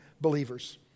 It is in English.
believers